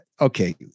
okay